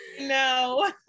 no